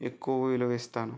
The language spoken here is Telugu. ఎక్కువ విలువిస్తాను